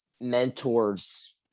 mentors